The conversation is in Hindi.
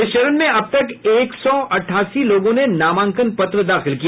इस चरण में अब तक एक सौ अठासी लोगों ने नामांकन पत्र दाखिल किया